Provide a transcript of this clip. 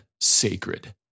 sacred